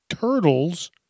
turtles